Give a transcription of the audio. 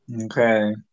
Okay